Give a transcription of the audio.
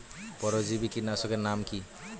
পরজীবী কীটনাশকের নাম কি?